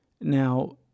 Now